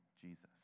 Jesus